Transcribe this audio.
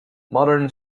modern